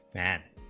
that,